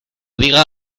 diga